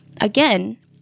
Again